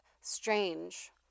strange